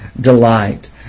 delight